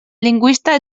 lingüista